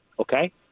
okay